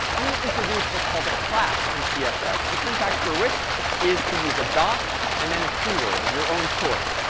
i'm going to introduce what's called a class in css, the syntax for which is to use a dot and then a keyword of your own choice.